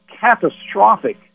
catastrophic